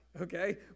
Okay